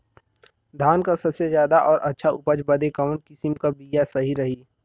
धान क सबसे ज्यादा और अच्छा उपज बदे कवन किसीम क बिया सही रही?